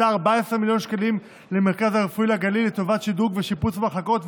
הקצתה 14 מיליוני שקלים למרכז הרפואי לגליל לטובת שדרוג ושיפוץ מחלקות,